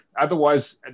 Otherwise